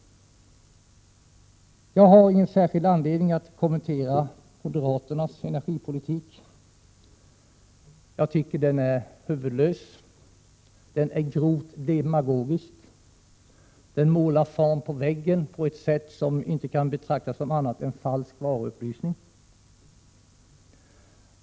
Jag har ingen särskild anledning att kommentera moderaternas energipolitik. Jag tycker att den är huvudlös, att den är grovt demagogisk. Den målar hin på väggen på ett sätt som inte kan betraktas som annat än falsk varuupplysning.